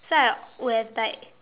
so I would have died